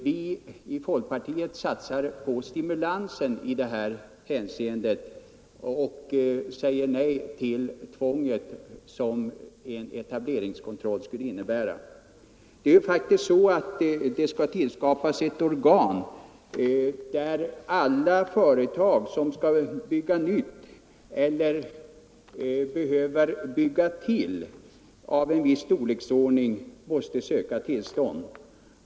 Vi i folkpartiet satsar på stimulansen och säger nej till det tvång som en etableringskontroll skulle innebära. Det skall ju skapas ett organ hos vilket alla företag som skall bygga nytt eller som behöver bygga till av en viss storleksordning måste söka tillstånd.